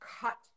cut